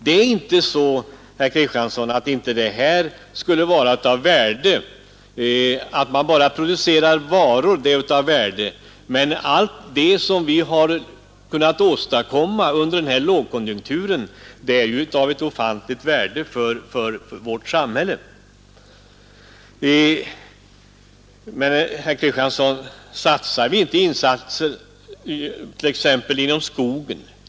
Det är inte bara detta att producera varor som är av värde — allt som vi kunnat åstadkomma under den här lågkonjunkturen är ju av stor betydelse för vårt samhälle. Gör vi inte insatser t.ex. inom skogen?